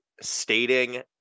stating